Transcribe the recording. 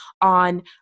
on